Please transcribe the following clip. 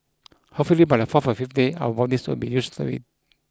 hopefully by the fourth or fifth day our bodies would be used to it